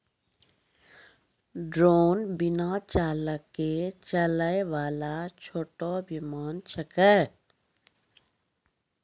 drone बिना चालक के चलै वाला छोटो विमान छेकै